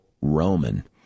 Roman